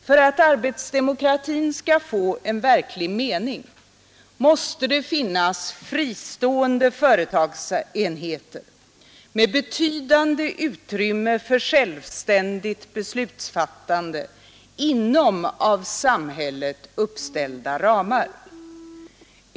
För att arbetsdemokrati skall få verklig mening måste det finnas fristående företagsenheter med betydande utrymme för självständigt beslutsfattande inom av samhället uppställda ramar.